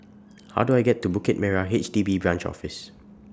How Do I get to Bukit Merah H D B Branch Office